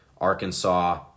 Arkansas